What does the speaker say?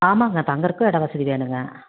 ஆமாங்க தங்குறதுக்கு இடம் வசதி வேணுங்க